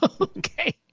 Okay